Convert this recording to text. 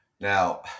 Now